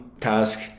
task